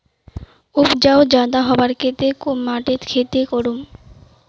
उपजाऊ ज्यादा होबार केते कुन माटित खेती करूम?